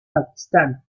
pakistán